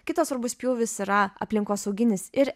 kitas svarbus pjūvis yra aplinkosauginis ir